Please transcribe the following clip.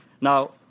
Now